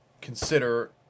consider